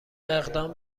اقدام